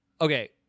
Okay